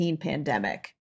pandemic